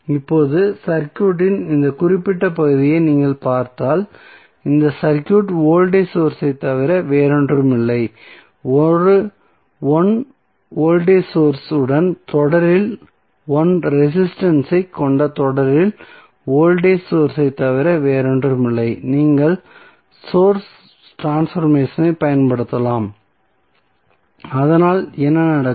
இப்போது சர்க்யூட்டின் இந்த குறிப்பிட்ட பகுதியை நீங்கள் பார்த்தால் இந்த சர்க்யூட் வோல்டேஜ் சோர்ஸ் ஐத் தவிர வேறொன்றுமில்லை 1 வோல்டேஜ் சோர்ஸ் உடன் தொடரில் 1 ரெசிஸ்டன்ஸ் ஐ கொண்ட தொடரில் வோல்டேஜ் சோர்ஸ் ஐத் தவிர வேறொன்றுமில்லை நீங்கள் சோர்ஸ் ட்ரான்ஸ்பர்மேசனை பயன்படுத்தலாம் அதனால் என்ன நடக்கும்